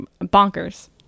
Bonkers